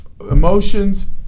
Emotions